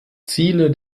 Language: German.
ziele